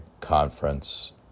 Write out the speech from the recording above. Conference